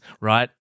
right